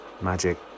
magic